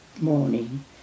morning